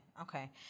okay